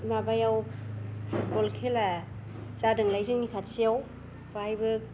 माबायाव बल खेला जादोंलाय जोंनि खाथियाव बाहायबो